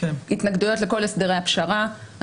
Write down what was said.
התנגדויות לכל הסדרי הפשרה.